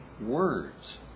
words